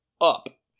up